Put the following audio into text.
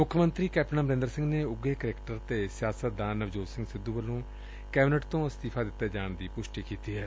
ਮੱਖ ਮੰਤਰੀ ਕੈਪਟਨ ਅਮਰੰਦਰ ਸੰਘ ਨੇ ਉਘੇ ਕੁਕੇਟਰ ਅਤੇ ਸਿਆਸਤਦਾਨ ਨਵਜੋਤ ਸੰਘ ਸਿੱਧੁ ਵੱਲੋ ਕੈਬਿਨੈਟ ਤੋ ਅਸਤੀਫਾ ਦਿੱਤੇ ਜਾਣ ਦੀ ਪੁਸ਼ਟੀ ਕੀਡੀ ਐ